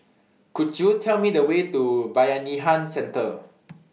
Could YOU Tell Me The Way to Bayanihan Centre